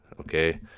okay